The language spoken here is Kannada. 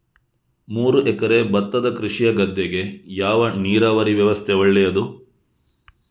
ಮೂರು ಎಕರೆ ಭತ್ತದ ಕೃಷಿಯ ಗದ್ದೆಗೆ ಯಾವ ನೀರಾವರಿ ವ್ಯವಸ್ಥೆ ಒಳ್ಳೆಯದು?